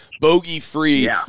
Bogey-free